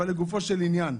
לגופו של עניין,